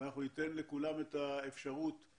כל שקל שמגיע כמה שיותר מוקדם